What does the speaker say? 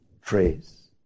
phrase